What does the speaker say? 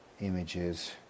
Images